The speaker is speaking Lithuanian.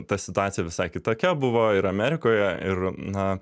ta situacija visai kitokia buvo ir amerikoje ir na